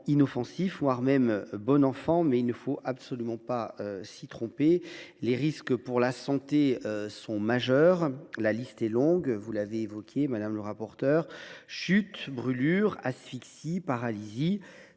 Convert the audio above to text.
inoffensif, voire bon enfant. Il ne faut absolument pas s’y tromper : les risques pour la santé sont majeurs. La liste est longue, et vous l’avez rappelée, madame la rapporteure : chutes, brûlures, asphyxie, paralysie,